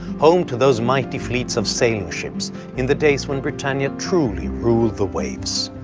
home to those mighty fleets of sailing ships in the days when britannia truly ruled the waves.